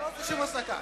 שום הפסקה.